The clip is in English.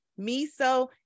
miso